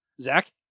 Zach